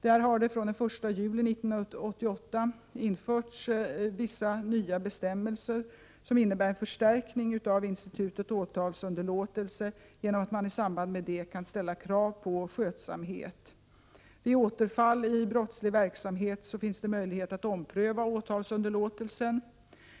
Från den 1 juli 1988 har det införts vissa nya bestämmelser, som innebär förstärkning av institutet åtalsunderlåtelse, genom att man i samband därmed kan ställa krav på skötsamhet. Vid återfall i brottslig verksamhet finns det möjlighet att ompröva åtalsunderlåtelsen.